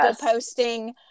posting